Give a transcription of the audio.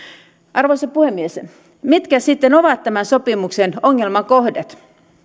arvoisa puhemies mitkä sitten ovat tämän sopimuksen ongelmakohdat